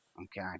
Okay